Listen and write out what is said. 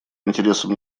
интересам